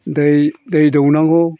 दै दै दौनांगौ